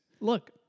Look